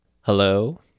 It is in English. hello